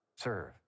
serve